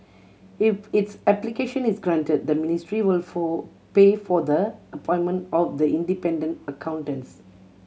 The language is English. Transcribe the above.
if its application is granted the ministry will for pay for the appointment of the independent accountants